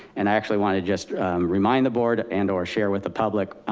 and i actually want to just remind the board and or share with the public,